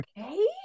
Okay